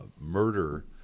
murder